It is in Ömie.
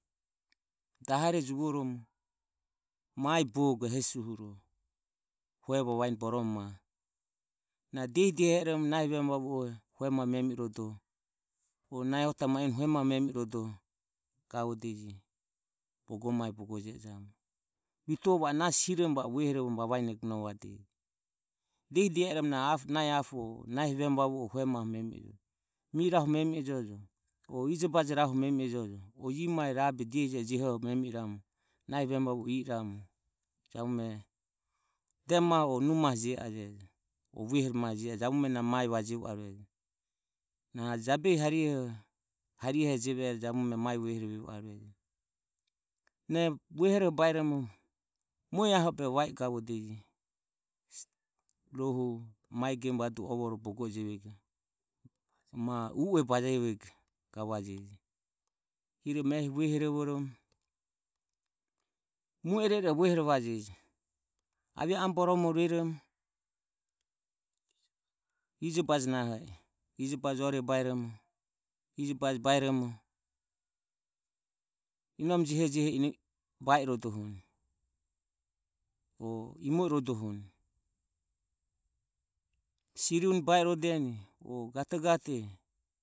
Dahore juvoromo mae bogo e hesi uhuroho hue vavane borome na diehi diehi e oromo nahi vemu vavue o hue mae memi ejo o nahi ota ma ino hue mae memi i rodoho gavodeje bogo mae bogo je ejamu vetuho va o nasi hiromo va o vavaenegonovadeje. Diehi diehi e oromo na n ahi apo o vemu vavue hue mae memi e jojo o mie rahu memi e jojo o ijobaje rahu memi ejojo o ie mae dehieje jehogo memi e ramu nahi vemu vavue ie ramu jabume de maho o nu mae ho jio a e o vuehere ma je ae jabume n amae vajevo arue hariho na jabehi harihero jeve ero jabume na mae va jevo arue na e vuehoro baeromo mue aho o vae i gavodeje. Rohu mue gemu vadu e bogo o mae jego ma u ue bajevego gavajeje hiromo ehi vuehorovoromo mue ero eroho vuehorovajeje avia amo boromore rovajeje ijobaje naho i ijobaje baeromo inome jehejehe ba i rodohuni o imo i rodohuni siri une ba i rodeni o gatogat.